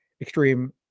extreme